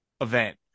event